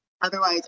Otherwise